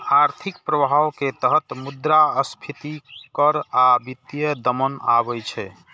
आर्थिक प्रभाव के तहत मुद्रास्फीति कर आ वित्तीय दमन आबै छै